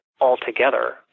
altogether